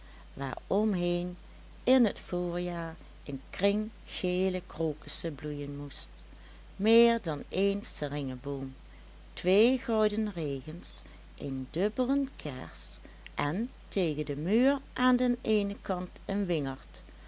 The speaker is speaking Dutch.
waaromheen in t voorjaar een kring gele krokussen bloeien moest meer dan één seringeboom twee goudenregens een dubbelen kers en tegen den muur aan den eenen kant een wingerd